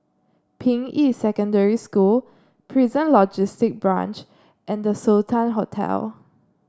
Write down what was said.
Ping Yi Secondary School Prison Logistic Branch and The Sultan Hotel